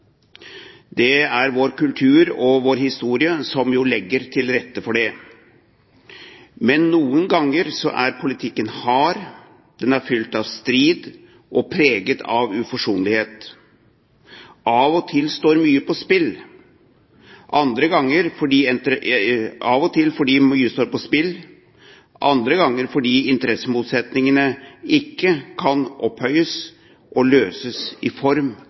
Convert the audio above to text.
Det er vår kultur og vår historie som legger til rette for det. Men noen ganger er politikken hard. Den er fylt av strid og preget av uforsonlighet – av og til fordi mye står på spill, andre ganger fordi interessemotsetningene ikke kan opphøyes og løses i form